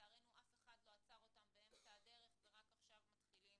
שלצערנו אף אחד לא עצר אותם באמצע הדרך ורק עכשיו מתחילים